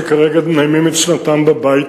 שכרגע נמים את שנתם בבית,